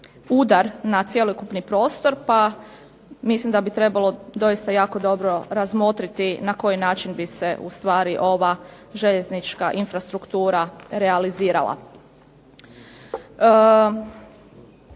udar na cjelokupni prostor pa mislim da bi trebalo doista jako dobro razmotriti na koji način bi se ustvari ova željeznička infrastruktura realizirala.